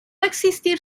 existir